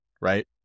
right